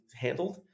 handled